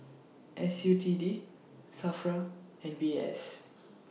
S U T D SAFRA and V S